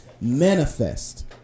Manifest